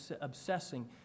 obsessing